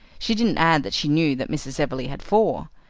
she didn't add that she knew that mrs. everleigh had four.